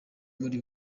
muri